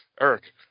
Eric